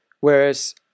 Whereas